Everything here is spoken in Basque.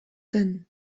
zen